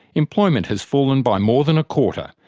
employment has fallen by more than a quarter,